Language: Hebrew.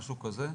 משהו כזה?